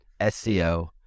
SEO